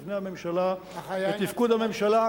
מבנה הממשלה ותפקוד הממשלה,